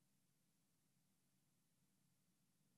עכשיו